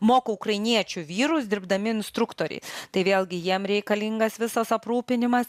moko ukrainiečių vyrus dirbdami instruktoriai tai vėlgi jiem reikalingas visas aprūpinimas